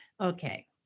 okay